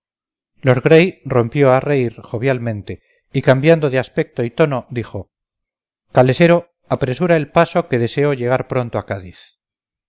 rompió a reír jovialmente y cambiando de aspecto y tono dijo calesero apresura el paso que deseo llegar pronto a cádiz